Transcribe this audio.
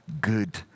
good